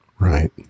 Right